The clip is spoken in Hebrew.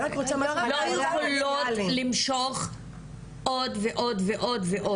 לא יכולים למשוך עוד ועוד ועוד.